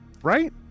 Right